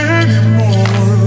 anymore